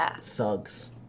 thugs